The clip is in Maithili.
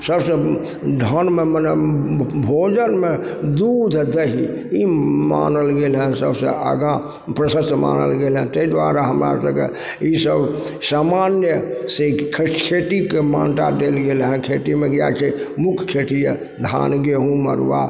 सबसँ धनमे मने भोजनमे दूध दही ई मानल गेल हइ सबसँ आगा प्रशस्त मानल गेल हइ तै दुआरे हमरा सबके ई सब सामान्यसँ ई खेतीके मान्यता देल गेल हइ खेतीमे इएह छै मुख्य खेती यऽ धान गेहूँ मड़ुआ